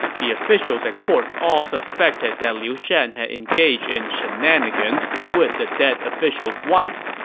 the officials at court all suspected that liu shan had engaged in shenanigans with the dead official's wife,